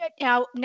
Now